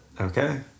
Okay